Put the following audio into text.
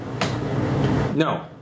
No